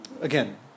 Again